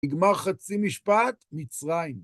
נגמר חצי משפט, מצרים.